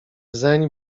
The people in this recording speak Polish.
zeń